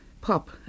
pop